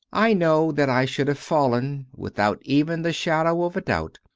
i know that i should have fallen, without even the shadow of a doubt,